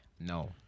No